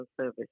service